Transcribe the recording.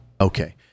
Okay